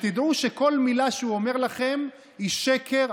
שתדעו שכל מילה שהוא אומר לכם היא שקר,